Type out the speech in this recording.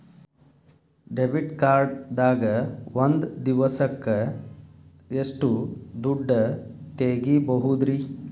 Debit card ದಾಗ ಒಂದ್ ದಿವಸಕ್ಕ ಎಷ್ಟು ದುಡ್ಡ ತೆಗಿಬಹುದ್ರಿ?